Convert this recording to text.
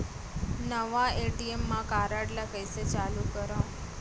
नवा ATM card ल कइसे चालू करव?